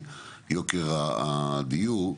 מיוקר הדיור,